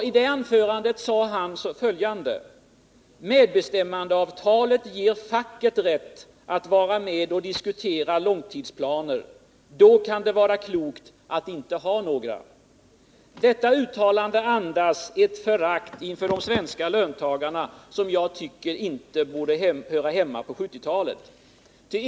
I detta anförande sade han följande: Medbestämmandeavtalet ger facket rätt att vara med och diskutera långtidsplaner. Då kan det vara klokt att inte ha några. Detta uttalande andas ett förakt inför de svenska löntagarna som inte borde höra hemma på 1970-talet.